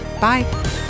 bye